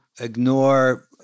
ignore